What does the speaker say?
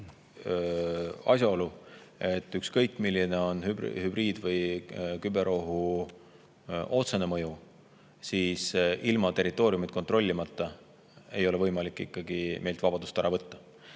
asjaolu, et ükskõik, milline on hübriid- või küber[ründe] otsene mõju, ilma territooriumit kontrollimata ei ole võimalik meilt vabadust ära võtta.